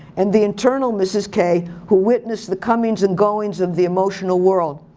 and the internal mrs. k who witnessed the comings and goings of the emotional world.